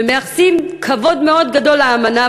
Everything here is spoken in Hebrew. ומייחסים כבוד מאוד גדול לאמנה.